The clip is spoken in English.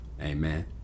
amen